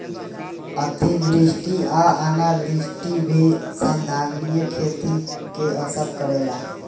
अतिवृष्टि आ अनावृष्टि भी संधारनीय खेती के असर करेला